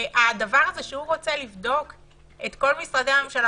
הדבר הזה שהוא רוצה לבדוק את כל משרדי הממשלה,